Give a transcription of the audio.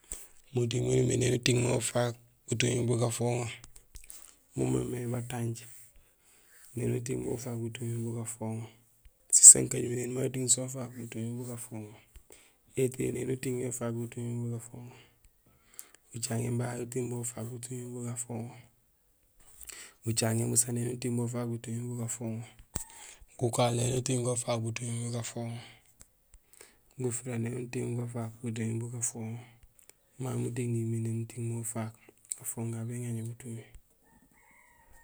Muting maan umimé éni uting ufaak butumi bugafoŋo mo moomé batanj; éni uting bo ufaak butumi bugafoŋo, sisankajumo éni may uting so ufaak butumi bugafoŋo, étiyee éni uting yo ufaak butumi bgafoŋo, bacaŋéén bahay éni uting bo ufaak butumo bugafoŋo, bucaŋéén busa éni uting ufaak butumi bugafoŋo, gukaal éniuting go ufaak butumi bugafoŋo, gufira éni uting ufaak butumi bugafoŋo; mamé muting nimimé éni uting ufaak gafooŋ gagu béŋaŋo butumi.